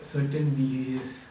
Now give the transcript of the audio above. certain diseases